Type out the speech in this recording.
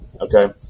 Okay